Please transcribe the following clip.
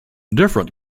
different